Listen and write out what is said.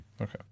Okay